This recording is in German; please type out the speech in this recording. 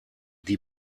die